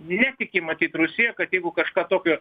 netiki matyt rusija kad jeigu kažką tokio